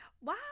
Wow